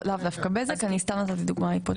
לאו דווקא בזק, אני סתם נתתי דוגמה לפרוטוקול.